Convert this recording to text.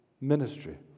ministry